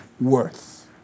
worth